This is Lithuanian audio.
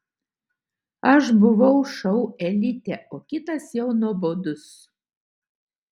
aš buvau šou elite o kitas jau nuobodus